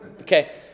Okay